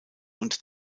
und